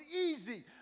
easy